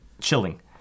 chilling